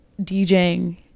DJing